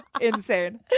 insane